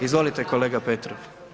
Izvolite kolega Petrov.